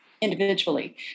individually